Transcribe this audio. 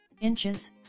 inches